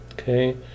Okay